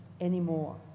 anymore